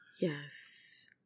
Yes